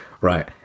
right